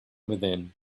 within